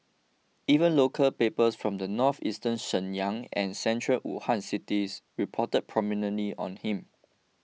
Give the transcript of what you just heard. even local papers from northeastern Shenyang and central Wuhan cities reported prominently on him